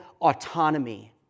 autonomy